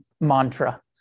mantra